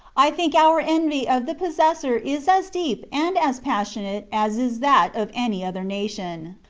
i think our envy of the possessor is as deep and as passionate as is that of any other nation.